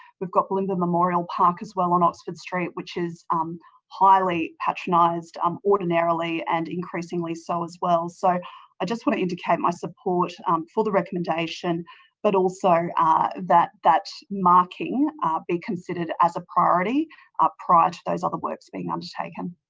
we've got bulimba memorial park as well on oxford street, which is um highly patronised um ordinarily and increasingly so as well. so i just want to indicate my support um for the recommendation but also that that marking be considered as a priority prior to those other works being undertaken.